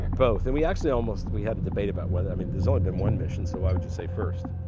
both. and we actually almost we had a debate about whether i mean, there's more ah and been one mission, so i would just say first.